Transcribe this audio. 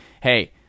hey